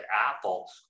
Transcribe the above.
Apple